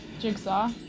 Jigsaw